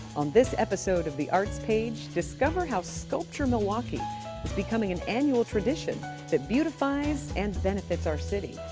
on this episode of the arts page, discover how sculpture milwaukee is becoming an annual tradition that beautifies and benefits our city.